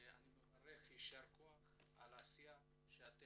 אני מברך, יישר כח על העשייה שלכם.